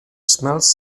smells